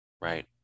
right